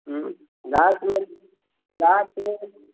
उँ गाछमे गाछमे तऽ